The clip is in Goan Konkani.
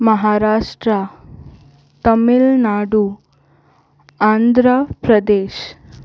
महाराष्ट्रा तमिलनाडू आंध्र प्रदेश